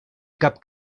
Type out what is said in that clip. cap